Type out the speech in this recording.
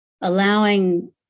Allowing